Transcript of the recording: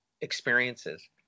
experiences